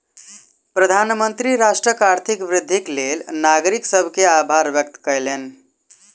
प्रधानमंत्री राष्ट्रक आर्थिक वृद्धिक लेल नागरिक सभ के आभार व्यक्त कयलैन